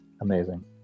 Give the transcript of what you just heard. amazing